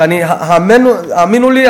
האמינו לי,